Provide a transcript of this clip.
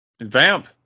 Vamp